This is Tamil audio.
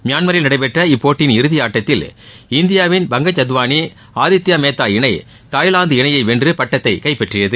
மியான்மரில் நடைபெற்ற இப்போட்டியின் இறுதி ஆட்டத்தில் இந்தியாவின் பங்கஜ் அத்வானி ஆதித்யா மேத்தா இணை தாய்லாந்து இணையை வென்று பட்டத்தை கைப்பற்றியது